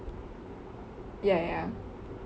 ya ya